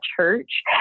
church